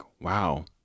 wow